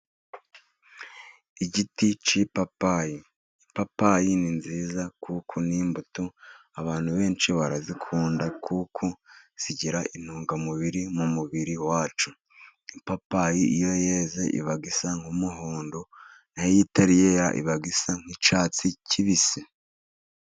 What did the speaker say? Igiti k'ipapayi. Ipapayi ni nziza kuko ni imbuto abantu benshi barazikunda, kuko zigira intungamubiri mu mubiri wacu. Ipapayi iyo yeze iba isa nk'umuhondo, naho iyo itari yera iba isa nk'icyatsi kibisi.